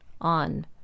on